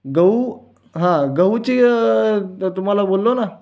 गहू हां गहूची तुम्हांला बोललो ना